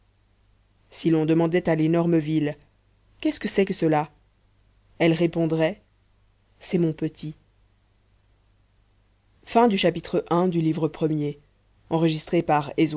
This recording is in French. si l'on demandait à l'énorme ville qu'est-ce que c'est que cela elle répondrait c'est mon petit